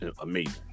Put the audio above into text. amazing